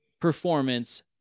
performance